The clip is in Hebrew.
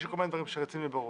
יש כל מיני דברים שרצים לי בראש.